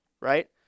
right